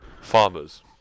farmers